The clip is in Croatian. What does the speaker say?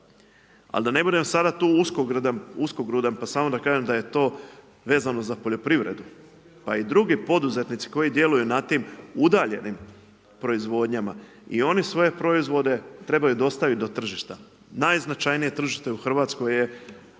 Ali da ne budem sad tu uskogrudan pa samo da kažem da je to vezano za poljoprivredu pa i drugi poduzetnici koji djeluju na tim udaljenim proizvodnjama i oni su svoje proizvode trebaju dostavit do tržišta. Najznačajnije tržište u Hrvatskoj je